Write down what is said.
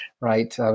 right